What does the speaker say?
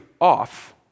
off